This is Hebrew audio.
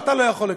אתה לא יכול לקבל.